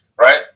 right